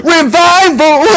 Revival